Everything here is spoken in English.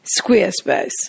Squarespace